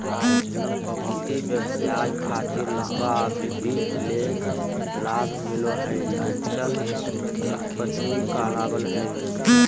संपत्ति व्यवसाय खातिर लंबा अवधि ले लाभ मिलो हय अचल संपत्ति कहलावय हय